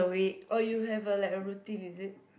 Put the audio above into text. or you have a like a routine is it